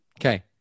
Okay